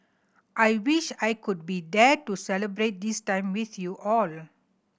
I wish I could be there to celebrate this time with you all